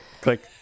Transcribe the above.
click